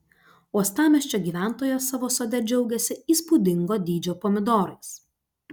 uostamiesčio gyventojas savo sode džiaugiasi įspūdingo dydžio pomidorais